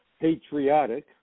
patriotic